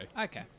Okay